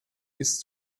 ist